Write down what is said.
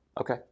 okay